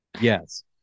Yes